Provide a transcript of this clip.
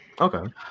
Okay